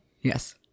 Yes